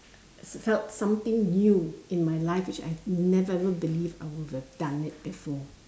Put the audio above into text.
felt something new in my life which I never ever believed I would have done it before